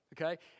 Okay